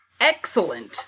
excellent